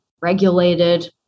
regulated